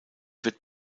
wird